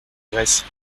graisses